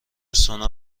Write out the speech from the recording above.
سونا